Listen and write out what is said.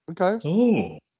Okay